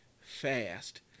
fast